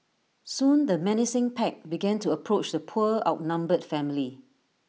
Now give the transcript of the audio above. soon the menacing pack began to approach the poor outnumbered family